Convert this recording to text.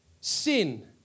sin